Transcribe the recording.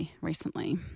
recently